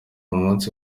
munsi